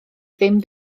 ddim